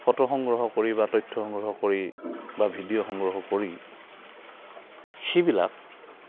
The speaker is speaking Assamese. ফটো সংগ্ৰহ কৰি বা তথ্য সংগ্ৰহ কৰি বা ভিডিঅ' সংগ্ৰহ কৰি সেইবিলাক